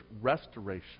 restoration